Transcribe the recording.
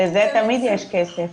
לזה תמיד יש כסף.